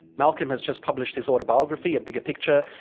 malcolm has just published his autobiography a bigger picture.